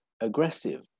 aggressive